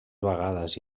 vegades